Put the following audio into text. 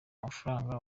mafaranga